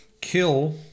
kill